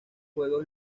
juegos